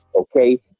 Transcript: okay